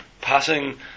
passing